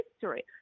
history